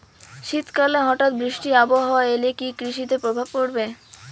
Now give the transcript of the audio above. শীত কালে হঠাৎ বৃষ্টি আবহাওয়া এলে কি কৃষি তে প্রভাব পড়বে?